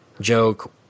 joke